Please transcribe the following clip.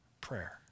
prayer